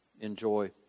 enjoy